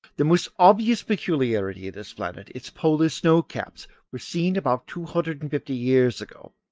the most obvious peculiarity of this planet its polar snow-caps were seen about two hundred and fifty years ago,